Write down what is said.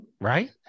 Right